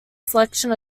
selection